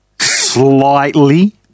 slightly